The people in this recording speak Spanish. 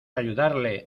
ayudarle